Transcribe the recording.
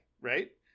right